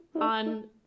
on